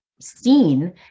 seen